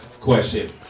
question